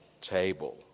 table